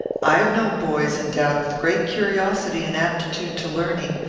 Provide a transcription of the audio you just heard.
i have known boys endowed with great curiosity and aptitude to learning,